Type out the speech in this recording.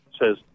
says